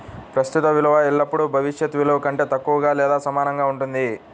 ప్రస్తుత విలువ ఎల్లప్పుడూ భవిష్యత్ విలువ కంటే తక్కువగా లేదా సమానంగా ఉంటుంది